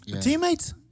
Teammates